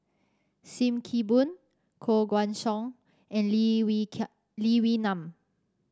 Sim Kee Boon Koh Guan Song and Lee Wee Lee Wee Nam